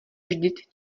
vždyť